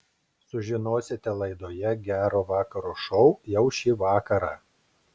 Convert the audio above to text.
sužinosite laidoje gero vakaro šou jau šį vakarą